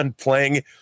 playing